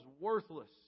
worthless